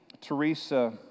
Teresa